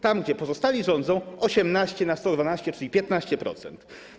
Tam, gdzie pozostali rządzą, 18 na 112, czyli 15%.